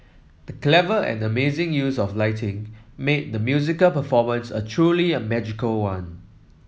the clever and amazing use of lighting made the musical performance a truly a magical one